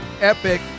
epic